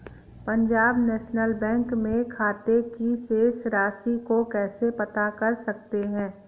Punjab national bank में खाते की शेष राशि को कैसे पता कर सकते हैं?